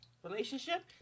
relationship